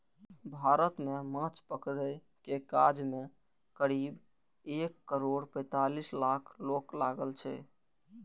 भारत मे माछ पकड़ै के काज मे करीब एक करोड़ पैंतालीस लाख लोक लागल छै